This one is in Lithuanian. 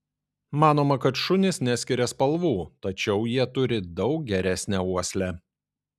manoma kad šunys neskiria spalvų tačiau jie turi daug geresnę uoslę